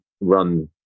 run